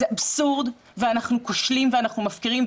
זה אבסורד, ואנחנו כושלים ואנחנו מפקירים.